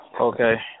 Okay